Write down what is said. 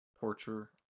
torture